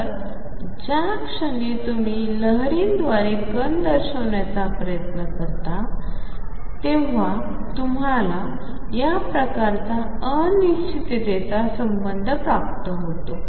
तर ज्या क्षणी तुम्ही लहरीद्वारे कण दर्शवण्याचा प्रयत्न करता तेव्हा तुम्हाला या प्रकारचा अनिश्चितता संबंध प्राप्त होतो